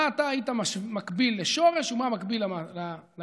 מה אתה היית מקביל לשורש ומה מקביל לפירות?